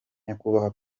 nyakubahwa